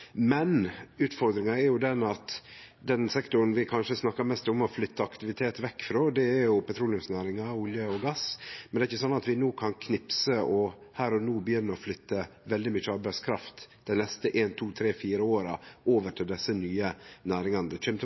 men utfordringa er den at den sektoren vi kanskje snakkar mest om og har flytta aktivitet vekk frå, er petroleumsnæringa, olje og gass, men det er ikkje sånn at vi kan knipse og her og no begynne å flytte veldig mykje arbeidskraft over til desse nye næringane dei neste eitt, to, tre, fire åra. Det kjem til